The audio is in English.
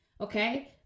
Okay